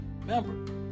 remember